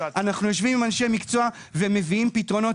אנחנו יושבים עם אנשי מקצוע ומביאים פתרונות